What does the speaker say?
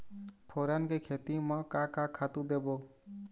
फोरन के खेती म का का खातू देबो?